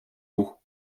eaux